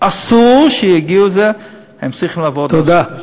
אסור שיגיעו לזה, הם צריכים לעבור תודה.